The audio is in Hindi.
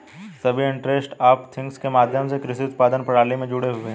सभी इंटरनेट ऑफ थिंग्स के माध्यम से कृषि उत्पादन प्रणाली में जुड़े हुए हैं